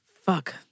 fuck